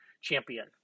Champion